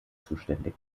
zuständig